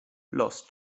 los